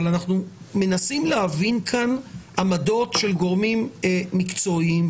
אבל אנחנו מנסים להבין כאן עמדות של גורמים מקצועיים,